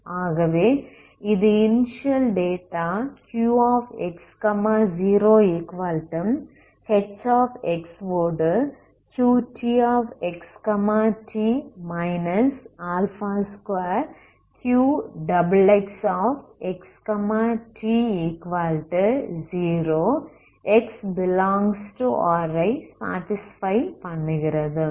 ஆகவே இது initial data Qx0H வோடு Qtxt 2Qxxxt0 x∈R ஐ சாடிஸ்ஃபை பண்ணுகிறது